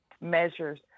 measures